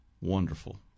Wonderful